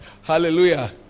hallelujah